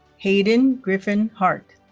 hayden griffen hart